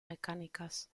mecánicas